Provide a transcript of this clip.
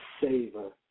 savor